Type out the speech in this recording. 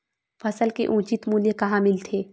फसल के उचित मूल्य कहां मिलथे?